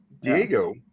diego